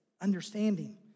understanding